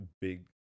big